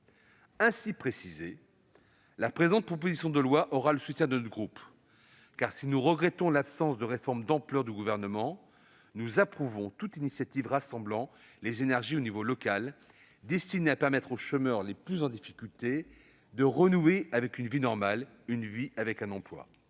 Ainsi précisée, la présente proposition de loi aura le soutien de notre groupe. En effet, si nous regrettons l'absence d'une réforme d'ampleur de la part du Gouvernement, nous approuvons toute initiative rassemblant les énergies au niveau local et destinée à permettre aux chômeurs connaissant le plus de difficultés de renouer avec une vie normale, c'est-à-dire une vie avec un emploi.